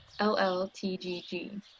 LLTGG